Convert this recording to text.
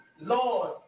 Lord